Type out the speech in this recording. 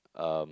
um